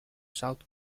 south